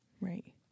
Right